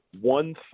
one